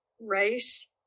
race